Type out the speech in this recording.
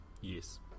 Yes